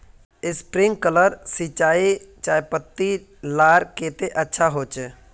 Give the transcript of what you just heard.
Sprinkler सिंचाई चयपत्ति लार केते अच्छा होचए?